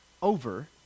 over